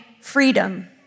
freedom